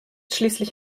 schließlich